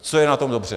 Co je na tom dobře?